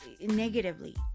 negatively